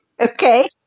Okay